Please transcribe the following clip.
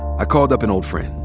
i called up an old friend.